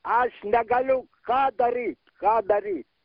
aš negaliu ką daryt ką daryt